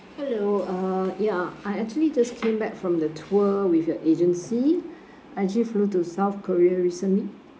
hello uh ya I actually just came back from the tour with your agency I actually flew to south korea recently